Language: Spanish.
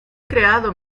creado